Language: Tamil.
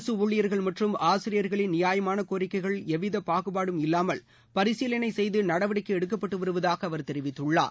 அரசு ஊழியர்கள் மற்றம் ஆசிரியர்களின் நியாயமான கோரிக்கைகள் எவ்விதப் பாகுபாடும் இல்லாமல் பரிசீலனை செய்து நடவடிக்கை எடுக்கப்பட்டு வருவதாக அவர் தெரிவித்துள்ளார்